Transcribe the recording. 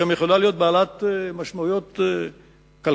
היא יכולה גם להיות בעלת משמעויות מקרו-כלכליות.